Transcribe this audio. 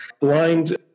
blind